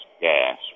gas